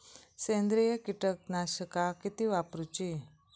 सेंद्रिय कीटकनाशका किती वापरूची?